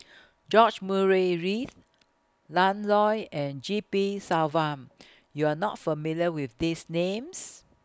George Murray Reith Lan Loy and G P Selvam YOU Are not familiar with These Names